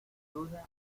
duda